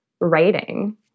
writing